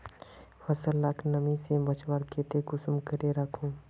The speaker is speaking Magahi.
फसल लाक नमी से बचवार केते कुंसम करे राखुम?